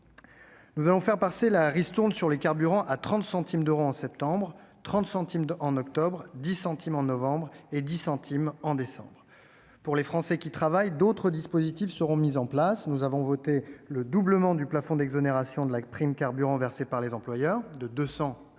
Nous allons faire passer la ristourne sur les carburants à 30 centimes d'euros en septembre, à 30 centimes en octobre, à 10 centimes en novembre et à 10 centimes en décembre. Pour les Français qui travaillent, d'autres dispositifs seront mis en place. Nous avons voté le doublement du plafond d'exonération de la « prime carburant » versée par les employeurs, de 200 à 400